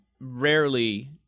rarely